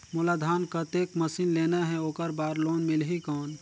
मोला धान कतेक मशीन लेना हे ओकर बार लोन मिलही कौन?